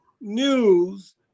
news